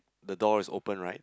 the door is open right